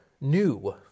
new